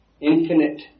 infinite